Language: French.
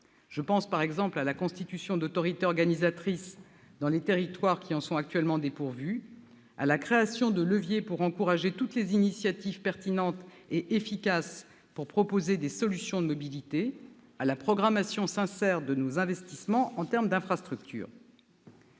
Je pense, par exemple, à la constitution d'autorités organisatrices dans les territoires qui en sont actuellement dépourvus, à la création de leviers pour encourager toutes les initiatives pertinentes et efficaces permettant de proposer des solutions de mobilité ou à la programmation sincère de nos investissements en termes d'infrastructures.